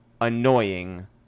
annoying